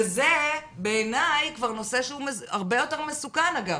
וזה בעיני כבר נושא שהוא הרבה יותר מסוכן, אגב.